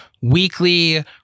weekly